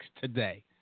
today